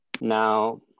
Now